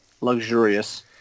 luxurious